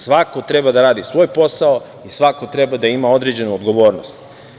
Svako treba da radi svoj posao i svako treba da ima određenu odgovornost.